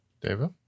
David